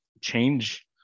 change